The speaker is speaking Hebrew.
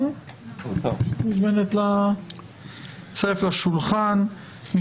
גם בסוגיה הזו הציפייה שנדע לבדוק את עצמנו